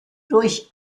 durch